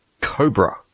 cobra